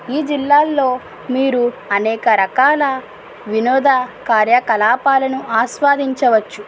ఈ జిల్లాలో మీరు అనేక రకాల వినోద కార్యకలాపాలను ఆస్వాదించవచ్చు